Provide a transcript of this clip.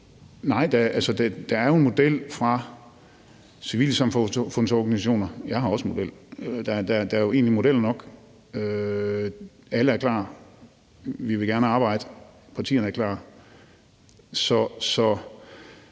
Nej, der er jo en model fra civilsamfundsorganisationer. Jeg har også en model. Der er jo egentlig modeller nok. Alle er klar. Vi vil gerne arbejde. Partierne er klar.